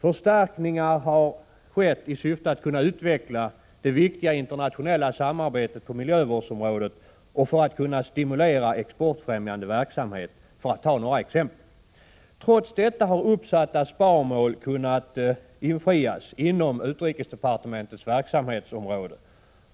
Förstärkningar har också skett i syfte att utveckla det viktiga internationella samarbetet på miljövårdsområdet och för att kunna stimulera exportfrämjande verksamhet, för att ta några exempel. Trots detta har uppsatta sparmål kunnat uppnås inom utrikesdepartemen tets verksamhetsområde.